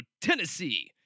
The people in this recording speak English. Tennessee